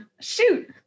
Shoot